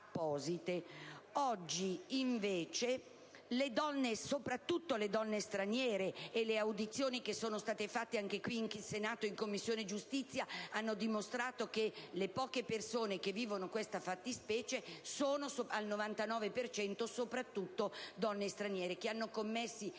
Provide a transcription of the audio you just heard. Oggi invece le donne detenute, soprattutto se straniere - le audizioni svolte anche qui in Senato, in Commissione giustizia, hanno dimostrato che le poche persone che vivono questa fattispecie sono al 99 per cento donne straniere, che hanno commesso